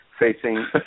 Facing